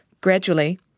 Gradually